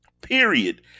Period